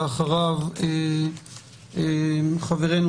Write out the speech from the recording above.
לאחריו חברנו,